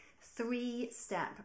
three-step